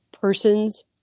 person's